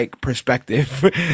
perspective